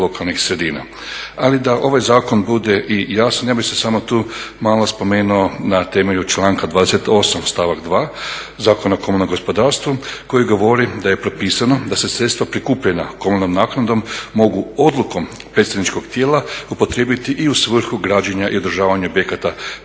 Ali da ovaj zakon bude i jasniji ja bih se samo tu malo spomenuo na temelju članka 28.stavak 2. Zakona o komunalnom gospodarstvu koji govori da je propisano da se sredstva prikupljena komunalnom naknadom mogu odlukom predsjedničkog tijela upotrijebiti i u svrhu građenja i održavanja objekata predškolskog,